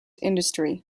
industry